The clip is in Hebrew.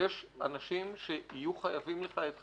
יש אנשים שיהיו חייבים לך את חייהם.